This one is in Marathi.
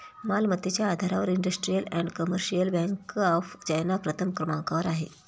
मालमत्तेच्या आधारावर industrial and commercial bank of China प्रथम क्रमांकावर आहे